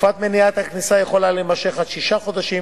תקופת מניעת הכניסה יכולה להימשך עד שישה חודשים